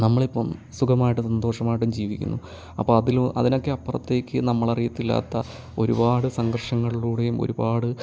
നമ്മളിപ്പം സുഖമായിട്ടും സന്തോഷമായിട്ടും ജീവിക്കുന്നു അപ്പം അതിലും അതിനൊക്കെ അപ്പുറത്തേക്ക് നമ്മൾ അറിയത്തില്ലാത്ത ഒരുപാട് സംഘർഷങ്ങളിലൂടെയും ഒരുപാട്